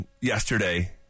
yesterday